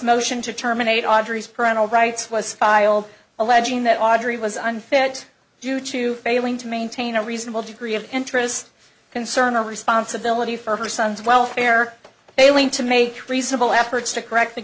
motion to terminate audrey's parental rights was filed alleging that audrey was unfit due to failing to maintain a reasonable degree of interest concern or responsibility for her son's welfare failing to make reasonable efforts to correct the